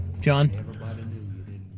John